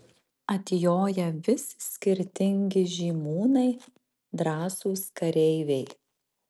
atjoja vis skirtingi žymūnai drąsūs kareiviai